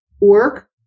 work